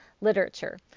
Literature